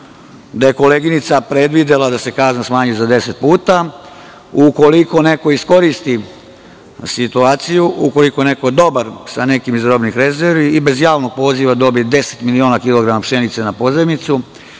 da je koleginica predvidela, smanji za 10 puta, ukoliko neko iskoristi situaciju. Ukoliko je neko dobar sa nekim iz robnih rezervi, i bez javnog poziva dobije 10 miliona kilograma pšenice na pozajmicu,